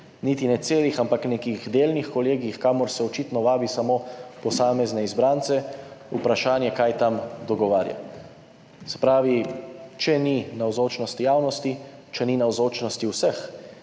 niti ne celih, ampak nekih delnih kolegijih, kamor se očitno vabi samo posamezne izbrance, vprašanje, kaj tam dogovarja. Se pravi, če ni navzočnosti javnosti, če ni navzočnosti vseh,